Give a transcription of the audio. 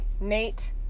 nate